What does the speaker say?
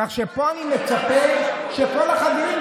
כך שפה אני מצפה שכל החברים,